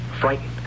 Frightened